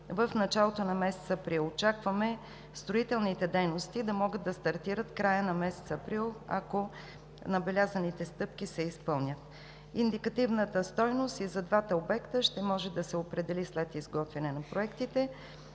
в началото на месец април. Очакваме строителните дейности да могат да стартират в края на месец април, ако набелязаните стъпки се изпълнят. Индикативната стойност и за двата обекта ще може да се определи след изготвяне на проектите.